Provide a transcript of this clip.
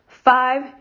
Five